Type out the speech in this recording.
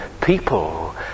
people